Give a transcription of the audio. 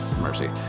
Mercy